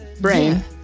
Brain